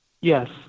Yes